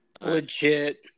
Legit